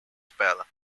spelled